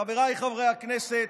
חבריי חברי הכנסת,